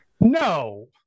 No